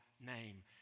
name